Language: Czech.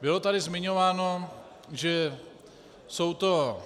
Bylo tady zmiňováno, že jsou to